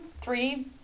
Three